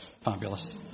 Fabulous